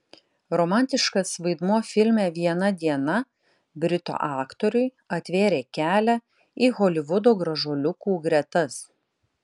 romantiškas vaidmuo filme viena diena britų aktoriui atvėrė kelią į holivudo gražuoliukų gretas